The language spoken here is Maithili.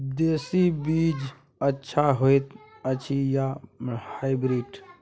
देसी बीज अच्छा होयत अछि या हाइब्रिड?